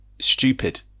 Stupid